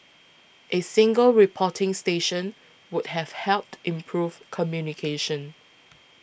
a single reporting station would have helped improve communication